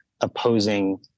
opposing